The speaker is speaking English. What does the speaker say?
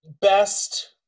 best